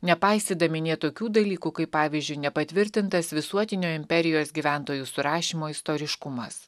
nepaisydami nė tokių dalykų kaip pavyzdžiui nepatvirtintas visuotinio imperijos gyventojų surašymo istoriškumas